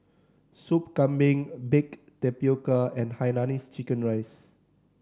Sup Kambing baked tapioca and hainanese chicken rice